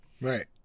Right